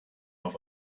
auf